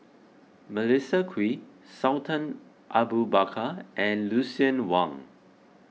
Melissa Kwee Sultan Abu Bakar and Lucien Wang